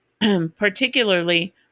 particularly